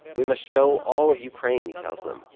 we must show all of ukraine, he tells them, yeah